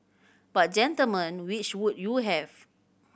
but gentlemen which would you have